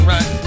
Right